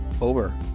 over